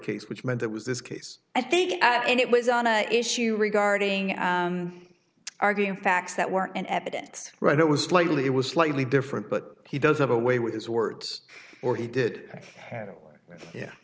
case which meant that was this case i think it was on a issue regarding arguing facts that weren't in evidence right it was likely it was slightly different but he does have a way with his words or he did yeah